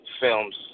films